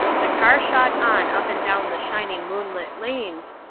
the car shot on up and down the shining moonlit lanes,